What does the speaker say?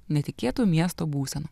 netikėtų miesto būsenų